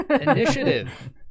Initiative